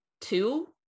two